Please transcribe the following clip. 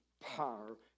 power